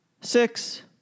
six